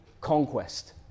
conquest